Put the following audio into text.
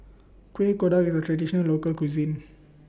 Kueh Kodok IS A Traditional Local Cuisine